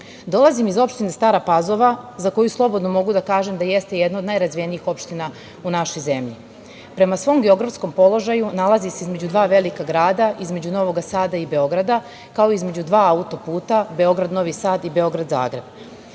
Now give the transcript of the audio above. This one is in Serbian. iz opštine Stara Pazova, za koju slobodno mogu da kažem da jeste jedna od najrazvijenijih opština u našoj zemlji. Prema svom geografskom položaju nalazi se između dva velika grada, između Novog Sada i Beograda, kao i između dva auto-puta Beograd-Novi Sad i Beograd-Zagreb.